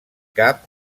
cap